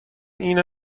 این